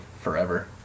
forever